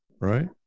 right